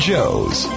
Joes